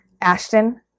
Ashton